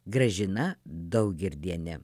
gražina daugirdienė